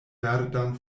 verdan